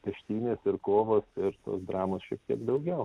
peštynės ir kovos ir tos dramos šiek tiek daugiau